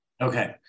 Okay